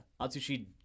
Atsushi